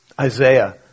Isaiah